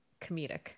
comedic